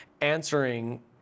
answering